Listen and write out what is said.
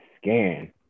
scan